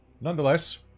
Nonetheless